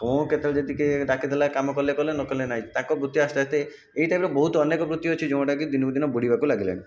କ'ଣ କେତେବେଳେ ଟିକିଏ ଡାକି ଦେଲେ କାମ କଲେ କଲେ ନ କଲେ ନାହିଁ ତାଙ୍କ ବୃତ୍ତି ଆସ୍ତେ ଆସ୍ତେ ଏଇ ଟାଇପର ବହୁତ ଅନେକ ବୃତ୍ତି ଅଛି ଯେଉଁଟାକି ଦିନକୁ ଦିନ ବୁଡ଼ିବାକୁ ଲାଗିଲାଣି